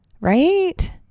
right